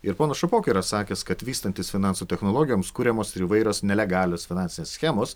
ir ponas šapoka yra sakęs kad vystantis finansų technologijoms kuriamos įvairios nelegalios finansinės schemos